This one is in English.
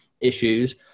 issues